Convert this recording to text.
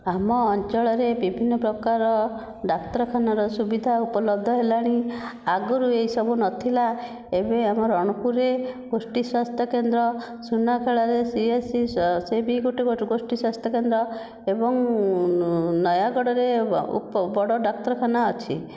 ଆମ ଅଞ୍ଚଳରେ ବିଭିନ୍ନ ପ୍ରକାର ଡାକ୍ତରଖାନାର ସୁବିଧା ଉପଲବ୍ଧ ହେଲାଣି ଆଗରୁ ଏହିସବୁ ନଥିଲା ଏବେ ଆମ ରଣପୁରରେ ଗୋଷ୍ଠୀ ସ୍ୱାସ୍ଥ୍ୟ କେନ୍ଦ୍ର ସୁନାଖେଳାରେ ସିଏଚସି ସେ ବି ଗୋଟିଏ ଗୋଟିଏ ସ୍ୱାସ୍ଥ୍ୟକେନ୍ଦ୍ର ଏବଂ ନୟାଗଡ଼ରେ ବଡ଼ ଡ଼ାକ୍ତରଖାନା ଅଛି